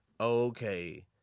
okay